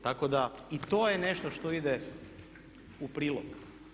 Tako da i to je nešto što ide u prilog.